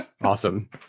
awesome